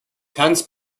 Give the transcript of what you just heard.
tanz